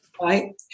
right